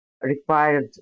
required